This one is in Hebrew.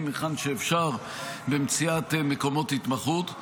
היכן שאפשר במציאת מקומות התמחות.